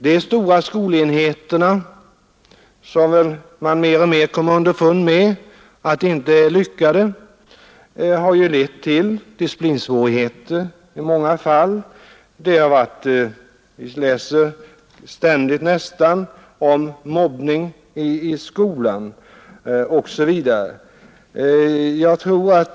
Man har mer och mer kommit underfund med att de stora skolenheterna inte är lyckade, de har lett till disciplinsvårigheter i många fall. Vi läser nästan ständigt om mobbning i skolan osv.